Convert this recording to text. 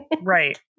right